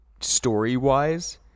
story-wise